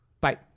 Bye